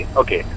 okay